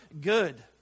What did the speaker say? good